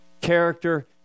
character